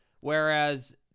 Whereas